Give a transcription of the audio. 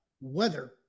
weather